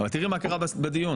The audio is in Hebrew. תיראי מה קרה בדיון.